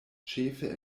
ĉefe